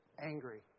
angry